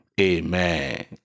amen